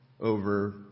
over